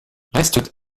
restent